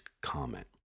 comment